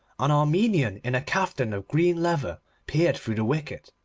an armenian in a caftan of green leather peered through the wicket,